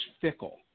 fickle